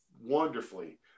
wonderfully